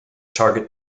target